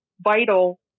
vital